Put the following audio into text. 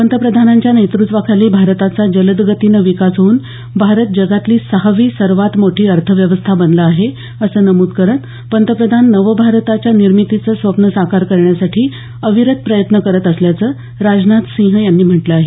पंतप्रधानांच्या नेतृत्वाखाली भारताचा जलदगतीनं विकास होऊन भारत जगातली सहावी सर्वात मोठी अर्थव्यवस्था बनला आहे असं नमूद करत पंतप्रधान नवभारताच्या निर्मितीचं स्वप्न साकार करण्यासाठी अविरत प्रयत्न करत असल्याचं राजनाथ सिंह यांनी म्हटलं आहे